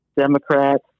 Democrat